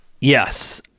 Yes